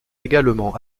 également